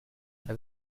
have